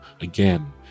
again